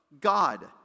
God